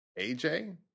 AJ